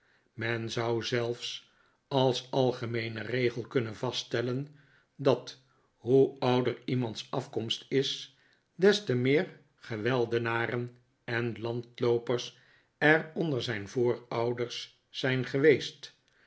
men zou zelfs als algemeene regel kunnen vaststellen dat hoe ouder iemands afkomst is des te meer geweldenaren en landloopers er onder zijn voorouders zijn geweest